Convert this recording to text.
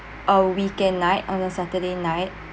a weekend night on a saturday night